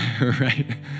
right